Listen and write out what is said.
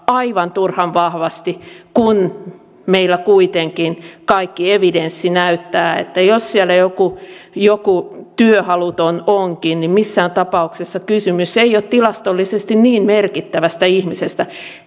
aivan turhan vahvasti kun meillä kuitenkin kaikki evidenssi näyttää että jos siellä joku joku työhaluton onkin niin missään tapauksessa kysymys ei ole tilastollisesti niin merkittävästä ihmisestä